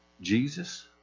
Jesus